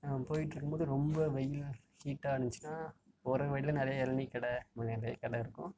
போயிட்ருக்கும்போது ரொம்ப வெயிலாக ஹீட்டாக இருந்துச்சுன்னா போகிறவழில நிறையா இளநீக்கடை நிறைய கடை இருக்கும்